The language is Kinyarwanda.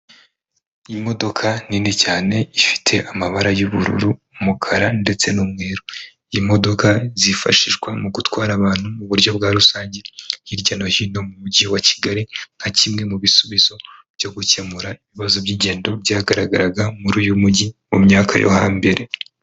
Imodoka nini cyane ifite amabara y'ubururu, umukara ndetse n'umweru, imodoka zifashishwa mu gutwara abantu mu buryo bwa rusange hirya no hino mu Mujyi wa Kigali, nka kimwe mu bisubizo byo gukemura ibibazo by'ingendo byagaragaraga muri uyu mujyi mu myaka yo hambere.